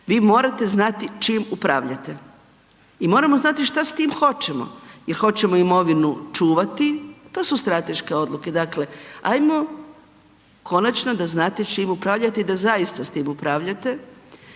vi morate znati čim upravljate i moramo znati šta s tim hoćemo, jel hoćemo imovinu čuvati, to su strateške odluke. Dakle, ajmo konačno znati čim upravljate i da zaista s tim upravljate,